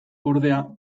ordea